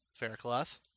Faircloth